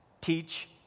teach